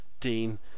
Dean